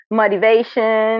motivation